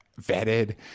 vetted